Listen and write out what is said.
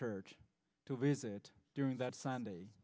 church to visit during that sunday